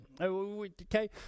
Okay